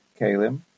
Kalim